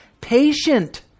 patient